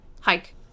hike